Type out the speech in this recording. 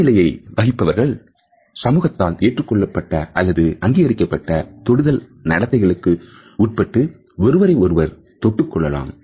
சமநிலையை வகிப்பவர் சமூகத்தால் ஏற்றுக்கொள்ளப்பட்ட அல்லது அங்கீகரிக்கப்பட்ட தொடுதல் நடத்தைகளுக்கு உட்பட்டு ஒருவரை ஒருவர் தொட்டுக் கொள்ளலாம்